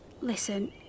Listen